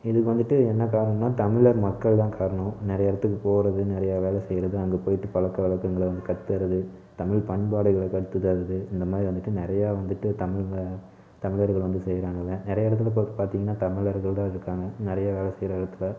இதுக்கு வந்துட்டு என்ன காரணம்னால் தமிழர் மக்கள்தான் காரணம் நிறைய இடத்துக்குப் போகிறது நிறைய வேலை செய்கிறது அங்கே போய்விட்டு பழக்க வழக்கங்கள வந்து கற்று தர்றது தமிழ் பண்பாடு கற்று தர்றது இந்தமாதிரி வந்துட்டு நிறையா வந்துட்டு தமிழ் தமிழர்கள் வந்து செய்கிறாங்க இதை நிறைய இடத்தில் இப்போ பார்த்தீங்கன்னா தமிழர்கள்தான் இதுக்கான நிறைய வேலை செய்கிற இடத்தில்